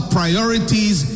priorities